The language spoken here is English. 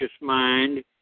mind